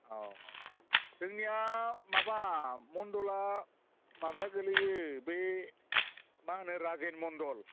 औ जोंनिया माबा मण्डला माबा गोलैयो बै मा होनो राजेन मण्डल